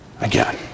again